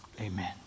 amen